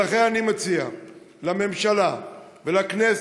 ולכן, אני מציע לממשלה ולכנסת